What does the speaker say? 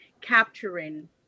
capturing